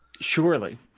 Surely